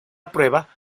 prueba